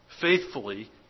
faithfully